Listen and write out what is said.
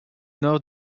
nord